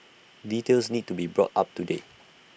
details need to be brought up to date